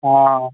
हँ